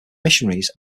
missionaries